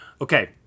Okay